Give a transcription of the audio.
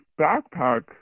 backpack